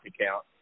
account